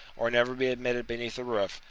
or never be admitted beneath a roof,